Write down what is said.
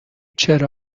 چرا